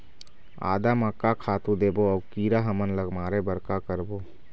आदा म का खातू देबो अऊ कीरा हमन ला मारे बर का करबो?